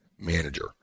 manager